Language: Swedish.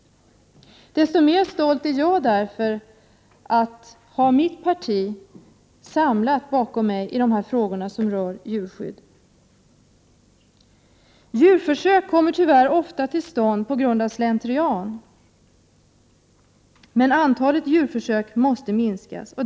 Desto mer stolt är jag därför att ha mitt parti samlat bakom mig i dessa frågor som rör djurskydd. Djurförsök kommer tyvärr ofta till stånd på grund av slentrian. Antalet djurförsök måste dock minskas.